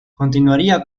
continuaría